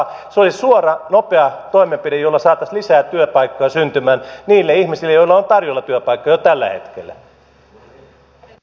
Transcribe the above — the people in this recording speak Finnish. se olisi suora nopea toimenpide jolla saataisiin lisää työpaikkoja syntymään niille ihmisille joille on tarjolla työpaikkoja jo tällä hetkellä